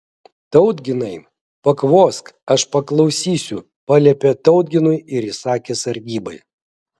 tautginai pakvosk aš paklausysiu paliepė tautginui ir įsakė sargybai